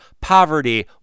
poverty